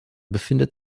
befindet